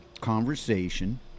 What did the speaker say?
conversation